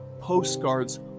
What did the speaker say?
postcards